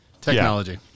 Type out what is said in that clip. Technology